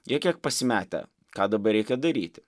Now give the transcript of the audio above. jie kiek pasimetę ką dabar reikia daryti